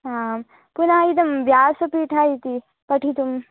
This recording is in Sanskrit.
आं पुनः इदं व्यासपीठम् इति पठितुम्